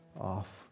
off